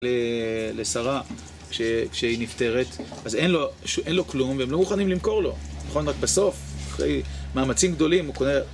לשרה, כשהיא נפטרת, אז אין לו כלום והם לא מוכנים למכור לו, נכון? רק בסוף, אחרי מאמצים גדולים הוא קונה...